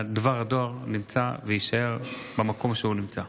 דבר הדואר נמצא ויישאר במקום שהוא נמצא?